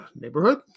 neighborhood